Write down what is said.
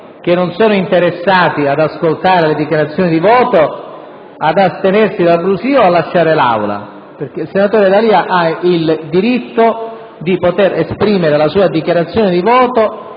che non sono interessati ad ascoltare le dichiarazioni di voto ad astenersi dal brusìo o a lasciare l'Aula, perché il senatore D'Alia ha il diritto di esprimere la sua dichiarazione di voto